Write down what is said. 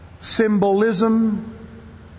Symbolism